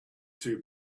too